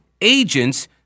agents